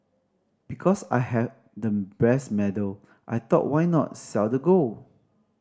because I had the brass medal I thought why not sell the gold